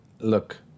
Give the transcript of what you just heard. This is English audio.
look